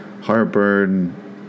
heartburn